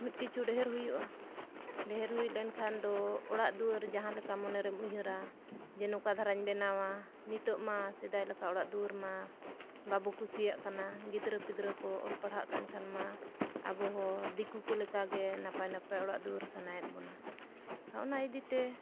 ᱢᱤᱫ ᱠᱤᱪᱷᱩ ᱰᱷᱮᱹᱨ ᱦᱩᱭᱩᱜᱼᱟ ᱰᱷᱮᱹᱨ ᱦᱩᱭ ᱞᱮᱱ ᱠᱷᱟᱱ ᱫᱚ ᱚᱲᱟᱜ ᱫᱩᱣᱟᱹᱨ ᱡᱟᱦᱟᱸ ᱞᱮᱠᱟ ᱢᱚᱱᱮᱨᱮᱢ ᱩᱭᱦᱟᱹᱨᱟ ᱡᱮ ᱱᱚᱝᱠᱟ ᱫᱷᱟᱨᱟᱧ ᱵᱮᱱᱟᱣᱟ ᱱᱤᱛᱚᱜ ᱢᱟ ᱥᱮᱫᱟᱭ ᱞᱮᱠᱟ ᱚᱲᱟᱜ ᱫᱩᱣᱟᱹᱨ ᱢᱟ ᱵᱟᱵᱚ ᱠᱩᱥᱤᱭᱟᱜ ᱠᱟᱱᱟ ᱜᱤᱫᱽᱨᱟᱹ ᱯᱤᱫᱽᱨᱟᱹ ᱠᱚ ᱚᱞ ᱯᱟᱲᱦᱟᱜ ᱠᱟᱱ ᱠᱷᱟᱱ ᱢᱟ ᱟᱵᱚ ᱦᱚᱸ ᱫᱤᱠᱩ ᱠᱚ ᱞᱮᱠᱟᱜᱮ ᱱᱟᱯᱟᱭ ᱱᱟᱯᱟᱭ ᱚᱲᱟᱜ ᱫᱩᱣᱟᱹᱨ ᱥᱟᱱᱟᱭᱮᱫ ᱵᱚᱱᱟ ᱛᱚ ᱚᱱᱟ ᱤᱫᱤ ᱛᱮ